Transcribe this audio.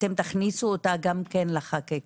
אתם תכניסו אותה גם כן לחקיקה?